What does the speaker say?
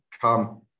come